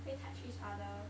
会 touch each other